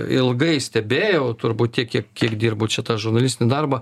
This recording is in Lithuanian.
ilgai stebėjau turbūt tiek kiek kiek dirbu čia tą žurnalistinį darbą